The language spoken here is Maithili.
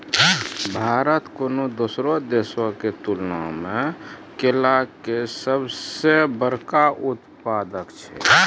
भारत कोनो दोसरो देशो के तुलना मे केला के सभ से बड़का उत्पादक छै